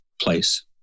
place